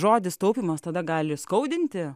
žodis taupymas tada gali skaudinti